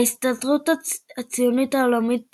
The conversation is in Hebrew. ההסתדרות הציונית העולמית